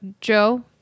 joe